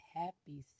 happy